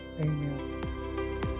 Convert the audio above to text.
Amen